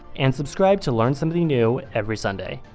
and subscribe to learn something new every sunday.